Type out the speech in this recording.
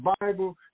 Bible